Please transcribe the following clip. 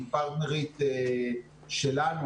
היא פרטנרית שלנו,